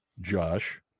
Josh